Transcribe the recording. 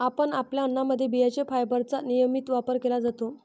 आपण आपल्या अन्नामध्ये बियांचे फायबरचा नियमित वापर केला पाहिजे